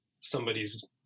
somebody's